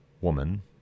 woman